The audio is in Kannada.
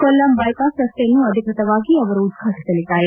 ಕೊಲ್ಲಂ ದೈಪಾಸ್ ರಸ್ತೆಯನ್ನು ಅಧಿಕೃತವಾಗಿ ಅವರು ಉದ್ವಾಟಿಸಲಿದ್ದಾರೆ